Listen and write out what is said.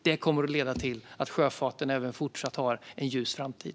Det kommer att leda till att sjöfarten även i fortsättningen har en ljus framtid.